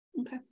Okay